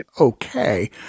okay